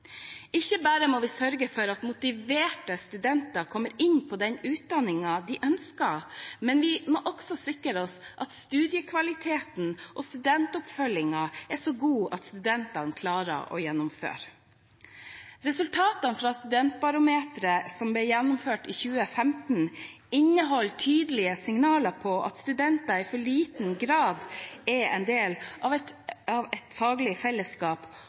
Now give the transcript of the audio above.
Ikke bare må vi sørge for at motiverte studenter kommer inn på den utdanningen de ønsker, men vi må også sikre oss at studiekvaliteten og studentoppfølgingen er så god at studentene klarer å gjennomføre. Resultatene fra Studiebarometeret som ble gjennomført i 2015, inneholder tydelige signaler om at studenter i for liten grad er en del av et faglig fellesskap, og at 50 pst. av